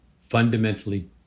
fundamentally